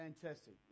Fantastic